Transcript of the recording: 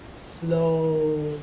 slow